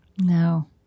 No